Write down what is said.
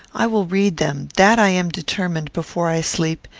i will read them, that i am determined, before i sleep,